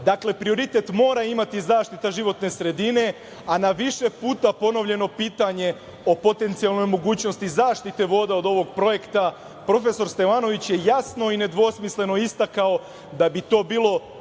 Dakle, prioritet mora imati zaštita životne sredine, a na više puta ponovljeno pitanje o potencijalnoj mogućnosti zaštite voda od ovog projekta, profesor Stevanović je jasno i nedvosmisleno istakao da bi to bilo